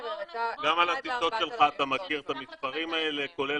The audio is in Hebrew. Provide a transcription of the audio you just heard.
גם על הטיסות שלך אתה מכיר את המספרים האלה כולל